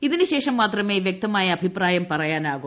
ഇതിനുശേഷം മാത്രമേ വ്യക്തമായ അഭ്യീപ്പായം പറയാനാകൂ